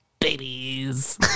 babies